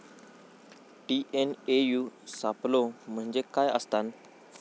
TNAU सापलो म्हणजे काय असतां?